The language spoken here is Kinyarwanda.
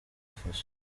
faso